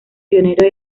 pionero